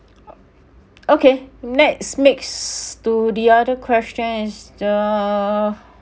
okay next mix to the other question is the